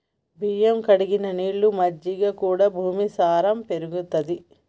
బియ్యం కడిగిన నీళ్లు, మజ్జిగ కూడా భూమి సారం పెరుగుతది